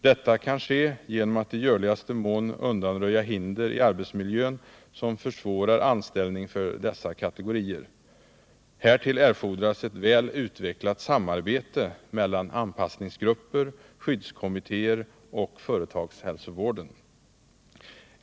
Detta kan ske genom att i görligaste mån undanröja hinder i arbetsmi som försvårar anställning för dessa kategorier. Härtill erfordras ett väl utvecklat samarbete mellan anpassningsgrupper, skyddskommittéer och företagshälsovård.